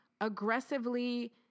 aggressively